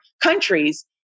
countries